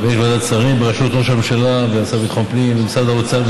יש ועדת שרים בראשות ראש הממשלה והשר לביטחון פנים ומשרד האוצר,